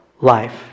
life